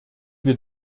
wir